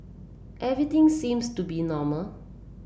everything seems to be normal